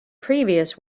previous